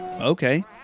Okay